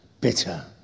bitter